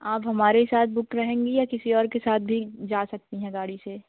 आप हमारे साथ बुक रहेंगी या किसी और के साथ भी जा सकती हैं गाड़ी से